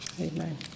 Amen